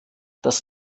das